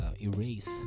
erase